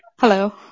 hello